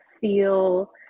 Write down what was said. feel